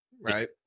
Right